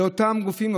לאותם גופים,